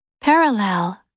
Parallel